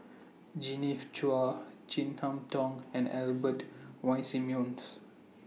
Genevieve Chua Chin Harn Tong and Albert Winsemius